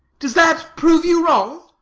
does that prove you wrong?